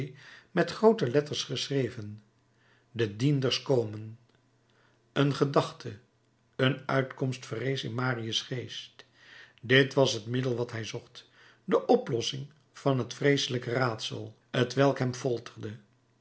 met groote letters geschreven de dienders komen een gedachte een uitkomst verrees in marius geest dit was het middel wat hij zocht de oplossing van het vreeselijke raadsel t welk